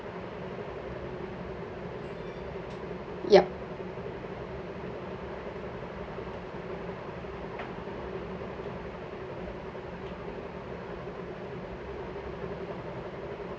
yup